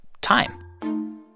time